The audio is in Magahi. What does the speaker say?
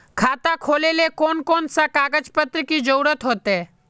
खाता खोलेले कौन कौन सा कागज पत्र की जरूरत होते?